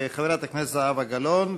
חברת הכנסת זהבה גלאון,